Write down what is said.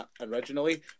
originally